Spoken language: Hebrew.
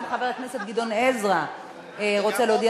גם חבר הכנסת גדעון עזרא רוצה להודיע